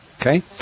Okay